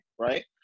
right